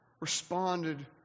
responded